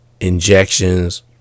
injections